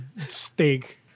steak